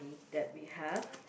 that we have